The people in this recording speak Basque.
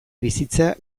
bizitza